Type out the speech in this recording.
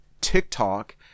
TikTok